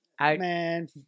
man